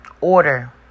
Order